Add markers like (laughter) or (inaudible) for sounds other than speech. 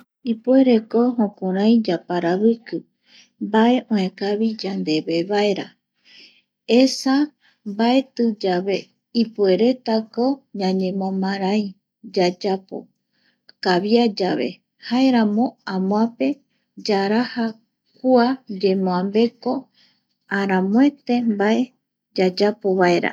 Ipureko (noise) jukurai (noise) yaparaviki (noise) mbae (noise) oekavi yandeve vaera (noise) esa (noise) mbaetiyave (noise) ipueretako ñañemomarai yayapo, kavia yave jaeramo amoape yaraja (noise) kua (noise) yemboambeko aramoete yayapovaera